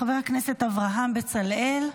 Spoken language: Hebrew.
חבר הכנסת אברהם בצלאל,